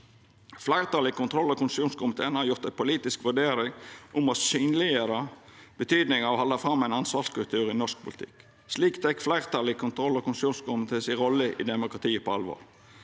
Fleirtalet i kontroll- og konstitusjonskomiteen har gjort ei politisk vurdering om å synleggjera betydninga av å halda fram med ein ansvarskultur i norsk politikk. Slik tek fleirtalet i kontroll- og konstitusjonskomiteen si rolle i demokratiet på alvor.